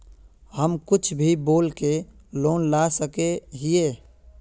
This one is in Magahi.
हम कुछ भी बोल के लोन ला सके हिये?